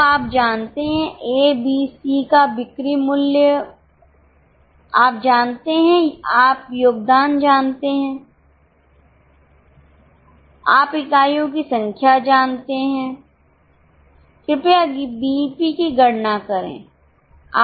तो आप जानते A BC का का बिक्री मूल्य आप जानते हैं आप योगदान जानते हैं आप इकाइयों की संख्या जानते हैं कृपया बीईपी की गणना करें